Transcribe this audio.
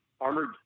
armored